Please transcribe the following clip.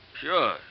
Sure